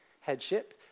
headship